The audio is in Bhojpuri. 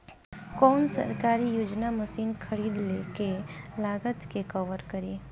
कौन सरकारी योजना मशीन खरीदले के लागत के कवर करीं?